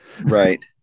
Right